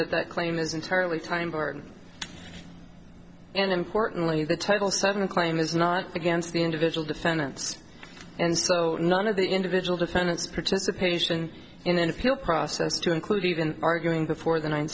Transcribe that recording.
that the claim is entirely time burton and importantly the total seven claim is not against the individual defendants and so none of the individual defendants participation in an appeal process to include even arguing before the ninth